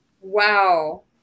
Wow